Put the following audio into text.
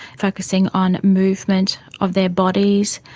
focussing on movement of their bodies.